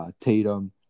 Tatum